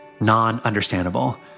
non-understandable